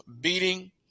beating